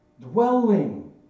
dwelling